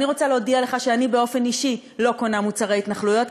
אני רוצה להודיע לך שאני באופן אישי לא קונה מוצרי התנחלויות,